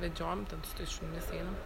vedžiojam ten su tais šunys einam